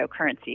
cryptocurrency